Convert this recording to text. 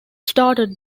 started